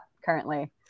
currently